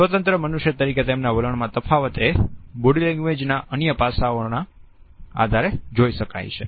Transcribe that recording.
સ્વતંત્ર મનુષ્ય તરીકે તેમના વલણમાં તફાવત એ બોડીલેંગ્વેજ ના અન્ય પાસાઓના આધારે જોઇ શકાય છે